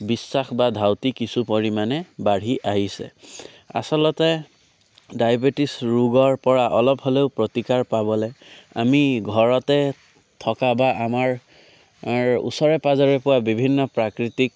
বিশ্বাস বা ধাউতি কিছু পৰিমাণে বাঢ়ি আহিছে আচলতে ডায়বেটিছ ৰোগৰপৰা অলপ হ'লেও প্ৰতিকাৰ পাবলৈ আমি ঘৰতে থকা বা আমাৰ ওচৰে পাজৰে পোৱা বিভিন্ন প্ৰাকৃতিক